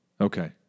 Okay